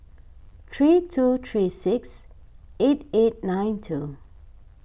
three two three six eight eight nine two